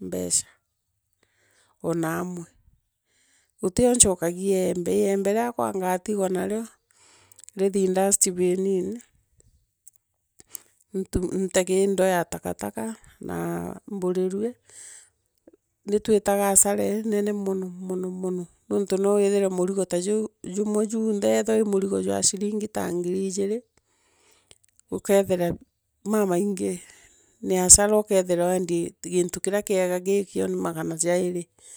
mbeca. Ona amwe utio nchokogia iembe. lembe riakwa anga atigwa nareo. ritini ndactibinini. ntege i ndoo ya takataka, naa mburirue. nitwitaga hasara inene mono mono mono nontu no wethire murigo ta jou jumwe junthei ethira iii muringo jwa eiringi ta ngiri ijiri. ukeethira mamaingi na hasara ukeethira weendirie gintu kiria kiega gi kia magana mairi.